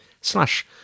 slash